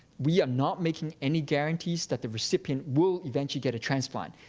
we are not making any guarantees that the recipient will eventually get a transplant.